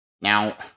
Now